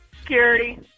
Security